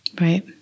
Right